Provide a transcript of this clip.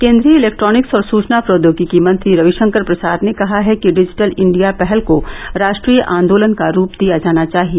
केन्द्रीय इलेक्ट्रॉनिक्स और सूचना प्रौद्योगिकी मंत्री रविशंकर प्रसाद ने कहा है कि डिजिटल इंडिया पहल को राष्ट्रीय आन्दोलन का रूप दिया जाना चाहिए